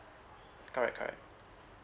correct correct